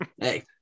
Hey